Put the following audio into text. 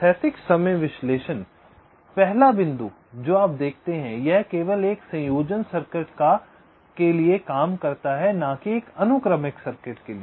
स्थैतिक समय विश्लेषण पहला बिंदु जो आप देखते हैं कि यह केवल एक संयोजन सर्किट के लिए काम करता है न कि एक अनुक्रमिक सर्किट के लिए